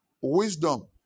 Wisdom